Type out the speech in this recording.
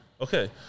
Okay